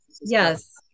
Yes